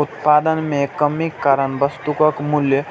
उत्पादन मे कमीक कारण वस्तुक मूल्य